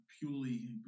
purely